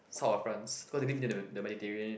South of France cause they live near the the Mediterranean